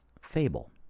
fable